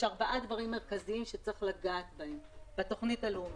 יש ארבעה דברים מרכזיים שצריך לגעת בהם בתוכנית הלאומית: